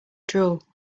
drool